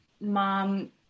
mom